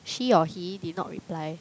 she or he did not reply